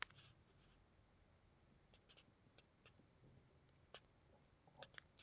by one get one free ಅಂತ್ ಅನ್ನೂದು ಒಂದ್ ನಮನಿ ಡಿಸ್ಕೌಂಟ್ ಅದ